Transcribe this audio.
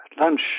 lunch